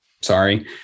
Sorry